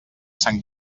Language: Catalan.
sant